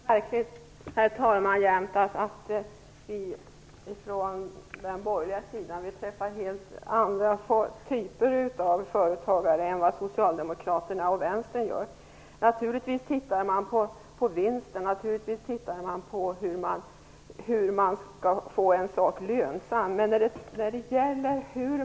Herr talman! Det är märkligt att vi på den borgerliga sidan alltid träffar helt andra typer av företagare än vad Socialdemokraterna och vänstern gör. Naturligtvis tittar man på vinsten, och naturligtvis tittar man på hur man skall uppnå lönsamhet.